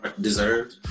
Deserved